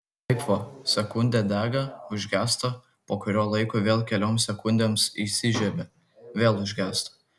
va taip va sekundę dega užgęsta po kurio laiko vėl kelioms sekundėms įsižiebia vėl užgęsta